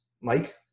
Mike